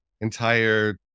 entire